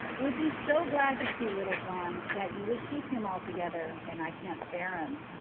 would be so glad to see little john that he would keep him altogether and i can't spare him.